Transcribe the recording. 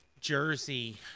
Jersey